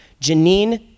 Janine